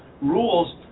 rules